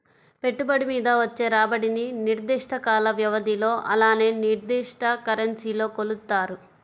పెట్టుబడి మీద వచ్చే రాబడిని నిర్దిష్ట కాల వ్యవధిలో అలానే నిర్దిష్ట కరెన్సీలో కొలుత్తారు